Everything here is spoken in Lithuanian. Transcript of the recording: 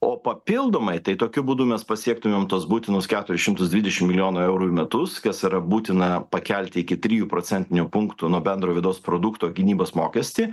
o papildomai tai tokiu būdu mes pasiektumėm tuos būtinus keturis šimtus dvidešim milijonų eurų į metus kas yra būtina pakelti iki trijų procentinių punktų nuo bendro vidaus produkto gynybos mokestį